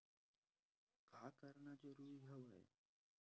का करना जरूरी हवय?